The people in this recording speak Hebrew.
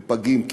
בפגים,